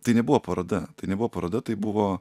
tai nebuvo paroda tai nebuvo paroda tai buvo